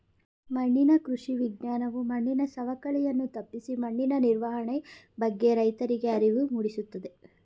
ಮಣ್ಣಿನ ಕೃಷಿ ವಿಜ್ಞಾನವು ಮಣ್ಣಿನ ಸವಕಳಿಯನ್ನು ತಪ್ಪಿಸಿ ಮಣ್ಣಿನ ನಿರ್ವಹಣೆ ಬಗ್ಗೆ ರೈತರಿಗೆ ಅರಿವು ಮೂಡಿಸುತ್ತದೆ